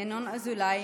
ינון אזולאי,